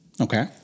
Okay